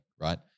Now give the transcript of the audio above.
right